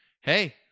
hey—